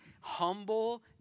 humble